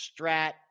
Strat –